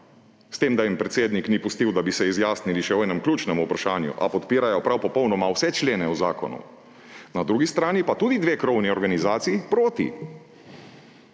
s tem da jim predsednik ni pustil, da bi se izjasnili še o enem ključnem vprašanju, ali podpirajo prav popolnoma vse člene v zakonu. Na drugi strani pa tudi dve krovni organizaciji proti.